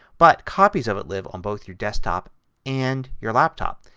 but copies of it live on both your desktop and your laptop.